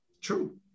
True